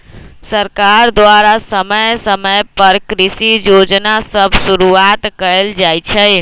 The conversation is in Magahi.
सरकार द्वारा समय समय पर कृषि जोजना सभ शुरुआत कएल जाइ छइ